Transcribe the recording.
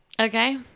Okay